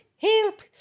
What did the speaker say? help